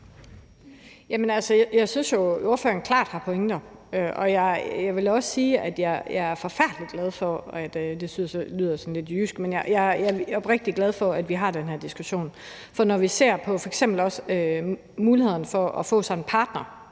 Jeg synes jo, at ordføreren klart har nogle pointer, og jeg vil også sige, at jeg er forfærdelig glad for – det synes jeg lyder sådan lidt jysk – jeg er oprigtig glad for, at vi har den her diskussion. For når vi f.eks. også ser på mulighederne for at få sig en partner,